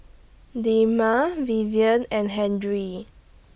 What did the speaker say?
Delma Vivien and Henry